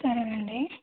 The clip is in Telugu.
సరేనండి